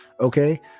Okay